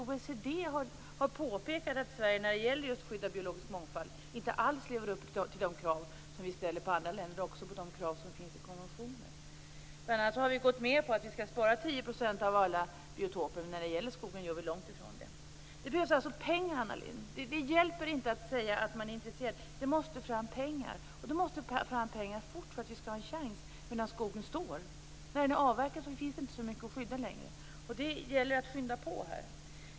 OECD har påpekat att Sverige inte alls lever upp till de krav som vi ställer på andra länder och de krav som finns i konventioner när det gäller just skydd av biologisk mångfald. Bl.a. har vi gått med på att vi skall spara 10 % av alla biotoper, men när det gäller skogen gör vi långt ifrån det. Det behövs alltså pengar, Anna Lindh. Det hjälper inte att säga att man är intresserad. Det måste fram pengar, och det måste fram pengar fort för att vi skall ha en chans medan skogen står. När den är avverkad finns det inte så mycket att skydda längre. Det gäller att skynda på här.